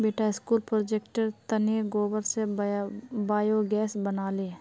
बेटा स्कूल प्रोजेक्टेर तने गोबर स बायोगैस बना ले